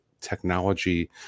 technology